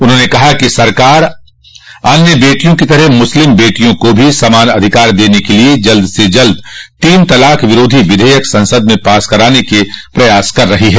उन्होंने कहा कि सरकार अन्य बेटियों की तरह मुस्लिम बेटियों को भो समान अधिकार देने के लिए जल्द से जल्द तीन तलाक विरोधी विधेयक संसद में पास कराने के प्रयास कर रही है